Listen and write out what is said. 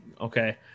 okay